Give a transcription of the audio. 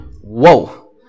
whoa